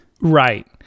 Right